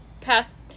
past